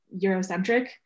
Eurocentric